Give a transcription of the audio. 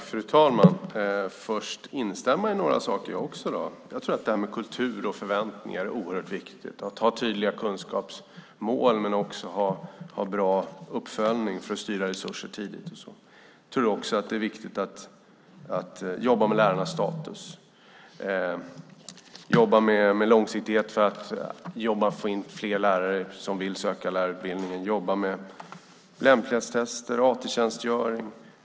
Fru talman! Jag vill först instämma i några saker, jag också. Jag tror att det här med kultur och förväntningar är oerhört viktigt. Man ska ha tydliga kunskapsmål men också bra uppföljning för att styra resurser tidigt. Jag tror också att det är viktigt att jobba med lärarnas status och att jobba med långsiktighet för att få in fler som vill söka till lärarutbildningen, liksom att jobba med lämplighetstester och AT-tjänstgöring.